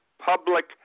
public